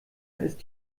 ist